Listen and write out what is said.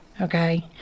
Okay